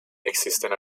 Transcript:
existen